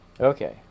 Okay